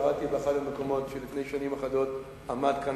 קראתי באחד המקומות שלפני שנים אחדות עמד כאן